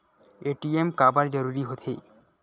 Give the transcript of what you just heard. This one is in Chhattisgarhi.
ए.टी.एम काबर जरूरी हो थे?